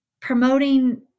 promoting